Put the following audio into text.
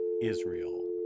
Israel